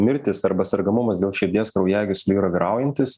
mirtys arba sergamumas dėl širdies kraujagyslių yra vyraujantis